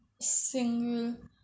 single